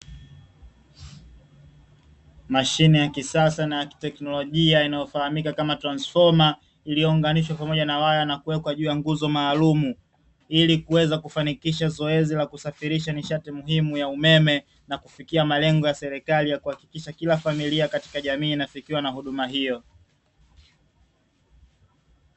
Mashine ya kisasa na ya kiteknolojia inayofahamika kama transfoma iliyounganishwa pamoja na waya na kuwekwa juu ya nguzo maalumu, ili kuweza kufanikisha zoezi la kusafirisha nishati muhimu ya umeme na kufikia malengo ya serikali ya kuhakikisha kila familia katika jamii ikiwa na huduma hiyo.